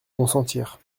consentir